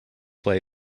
play